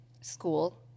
school